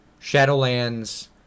Shadowlands